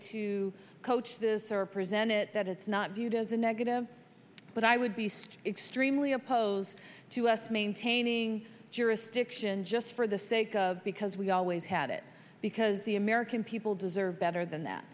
to coach this or present it that it's not viewed as a negative but i would beast extremely opposed to us maintaining jurisdiction just for the sake of because we always had it because the american people deserve better than that